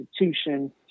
institution